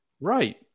Right